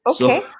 okay